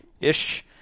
ish